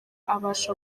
abasha